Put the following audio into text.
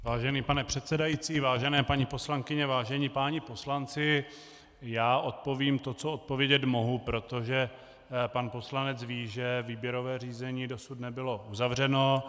Vážený pane předsedající, vážené paní poslankyně, vážení páni poslanci, odpovím to, co odpovědět mohu, protože pan poslanec ví, že výběrové řízení dosud nebylo uzavřeno.